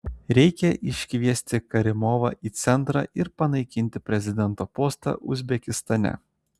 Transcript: reikia iškviesti karimovą į centrą ir panaikinti prezidento postą uzbekistane